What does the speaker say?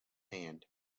hand